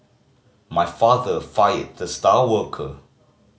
my father fired the star worker